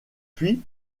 puis